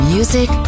Music